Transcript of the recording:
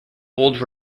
old